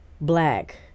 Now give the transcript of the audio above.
black